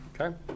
Okay